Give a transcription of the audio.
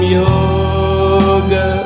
yoga